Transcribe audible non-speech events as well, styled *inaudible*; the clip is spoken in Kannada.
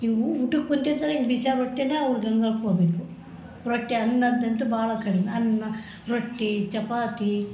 ಹಿಂಗೆ ಊಟಕ್ಕೆ ಕುಳ್ತಿರ್ತಾರೆ ಹಿಂಗೆ ಬಿಸೀದ್ ರೊಟ್ಟಿನ್ನ ಅವ್ರು *unintelligible* ಹೋಗ್ಬೇಕು ರೊಟ್ಟಿ ಅನ್ನಕ್ಕಿಂತ ಭಾಳ ಕಡಿಮೆ ಅನ್ನ ರೊಟ್ಟಿ ಚಪಾತಿ